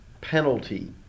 penalty